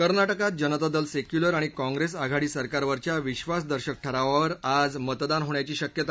कर्ना क्रात जनतादल सेक्युलर आणि काँप्रेस आघाडी सरकारवरच्या विश्वासदर्शक ठरावावर आज मतदान होण्याची शक्यता आहे